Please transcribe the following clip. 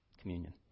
communion